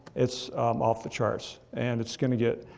it's off the charts, and it's going to get,